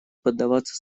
поддаваться